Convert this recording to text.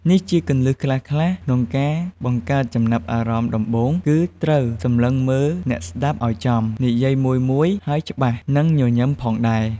នេះជាគន្លឹះខ្លះៗក្នុងការបង្កើតចំណាប់អារម្មណ៍ដំបូង គឺត្រូវសម្លឹងមើលអ្នកស្ដាប់ឱ្យចំ និយាយមួយៗហើយច្បាស់ និងញញឹមផងដែរ។